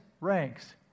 ranks